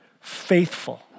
faithful